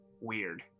weird